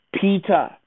Peter